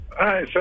Hi